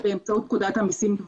עוד אופציות.